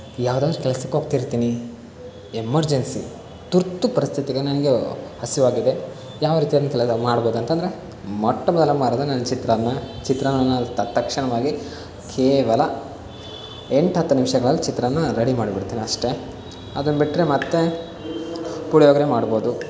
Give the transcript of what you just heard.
ಯಾವುದಾದ್ರೂ ಕೆಲಸಕ್ಕೆ ಹೋಗ್ತಿರ್ತೀನಿ ಎಮರ್ಜೆನ್ಸಿ ತುರ್ತು ಪರಿಸ್ಥಿತಿಗೆ ನನಗೆ ಹಸಿವಾಗಿದೆ ಯಾವ ರೀತಿಯಲ್ಲಿ ಕೆಲವ್ದ್ ಮಾಡ್ಬಹುದು ಅಂತಂದರೆ ಮೊಟ್ಟ ಮೊದಲ ಮಾರ್ಗ ನಾನು ಚಿತ್ರಾನ್ನ ಚಿತ್ರಾನ್ನನ ತತ್ ತಕ್ಷಣವಾಗಿ ಕೇವಲ ಎಂಟು ಹತ್ತು ನಿಮಿಷಗಳಲ್ಲ ಚಿತ್ರಾನ್ನನ ರೆಡಿ ಮಾಡ್ಬಿಡ್ತೀನಿ ಅಷ್ಟೇ ಅದನ್ನು ಬಿಟ್ರೆ ಮತ್ತೆ ಪುಳಿಯೋಗರೆ ಮಾಡ್ಬೋದು